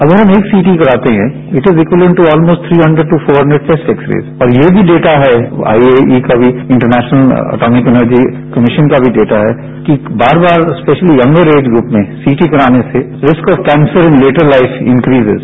अगर हम एक सीटी कराते हैं तो it is equivalent to almost three hundred to four hundred X rays और यह भी डेटा है आई ए ई का भी इंटरनेशनल एटोमिक एनर्जी कमीशन का भी डेटा है कि बार बार स्पेशली यंगर एज ग्रुप में सीटी कराने से risk of cancer in later life increases